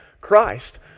Christ